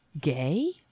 gay